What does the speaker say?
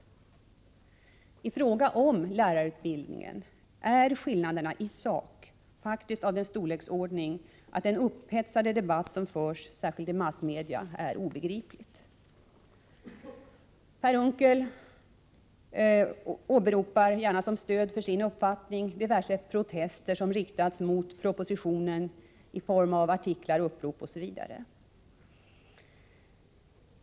I fråga om lärarutbildningen är skillnaderna i sak faktiskt av den storleksordningen att den upphetsade debatt som förs, särskilt i massmedia, är obegriplig. Per Unckel åberopar gärna som stöd för sin uppfattning diverse protester som riktats mot propositionen i form av artiklar, upprop osv.